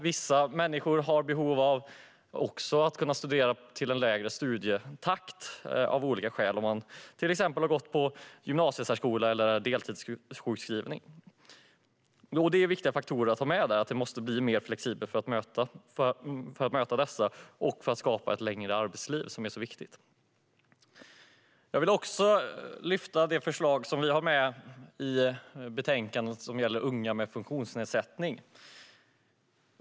Vissa människor har av olika skäl behov av att kunna studera i en lägre studietakt, exempelvis om man har gått på en gymnasiesärskola eller är deltidssjukskriven. Det är viktiga faktorer att ha med sig; det måste bli mer flexibelt när det gäller att möta dessa och att skapa ett längre arbetsliv, som är så viktigt. Jag vill lyfta fram det förslag vi har i betänkandet som gäller unga med funktionsnedsättning.